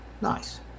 Nice